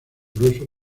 grueso